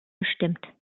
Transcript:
bestimmt